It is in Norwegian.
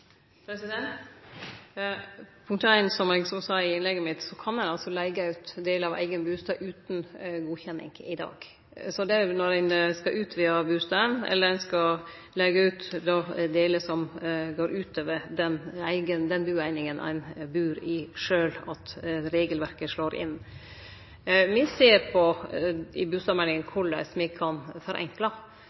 Punkt ein: Som eg òg sa i innlegget mitt, kan ein altså leige ut ein del av eigen bustad utan godkjenning i dag. Det er når ein skal utvide bustaden eller når ein skal leige ut delar som går utover den bueininga ein bur i sjølv, at regelverket slår inn. I bustadmeldinga ser me på korleis me kan forenkle, og me kjem òg til å sjå på om me kan